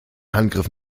handgriff